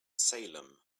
salem